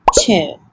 two